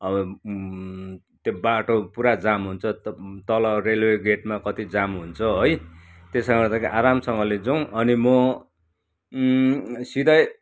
अब त्यो बाटो पुरा जाम हुन्छ तल रेलवे गेटमा कति जाम हुन्छ है त्यसले गर्दा आरामसँगले जाउँ अनि म सिधै